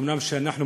אומנם אנחנו,